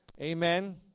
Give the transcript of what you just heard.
Amen